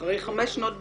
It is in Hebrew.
שאחרי חמש שנות בצורת,